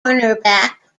cornerback